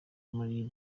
muri